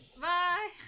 bye